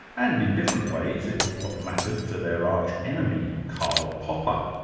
and in different ways, it was what mattered to their arch enemy, karl popper.